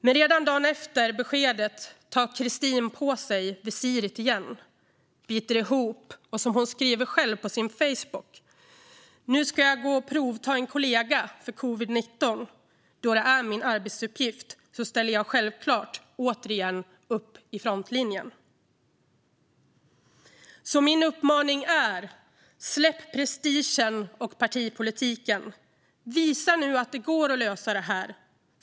Men redan dagen efter beskedet tog Christine på sig visiret, bet ihop och gick till jobbet. Hon skrev själv på Facebook: Nu ska jag gå och provta en kollega för covid-19. Då detta är min arbetsuppgift så ställer jag självklart återigen upp i frontlinjen. Min uppmaning är alltså: Släpp prestigen och partipolitiken! Visa nu att det går att lösa det här.